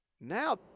now